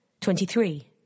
Twenty-three